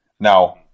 Now